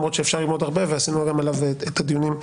למרות שאפשר ללמוד הרבה ועשינו גם עליו את הדיונים,